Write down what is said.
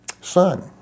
son